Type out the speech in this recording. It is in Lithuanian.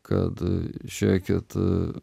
kad žiūrėkit